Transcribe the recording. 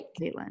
Caitlin